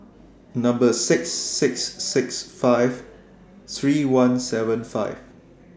six six six five three one seven five